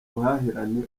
ubuhahirane